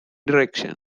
direction